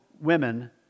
women